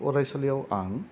फराइसालियाव आं